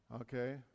Okay